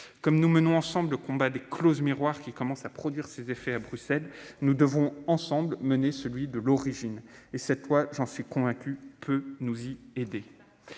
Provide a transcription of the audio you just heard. Comme nous menons ensemble le combat des clauses miroirs, qui commence à produire ses effets à Bruxelles, nous devons mener ensemble celui de l'origine. Le présent texte, j'en suis convaincu, peut nous y aider.